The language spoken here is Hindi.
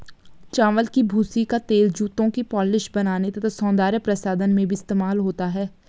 चावल की भूसी का तेल जूतों की पॉलिश बनाने तथा सौंदर्य प्रसाधन में भी इस्तेमाल होता है